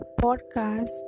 podcast